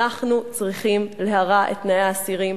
אנחנו צריכים להרע את תנאי האסירים.